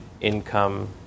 income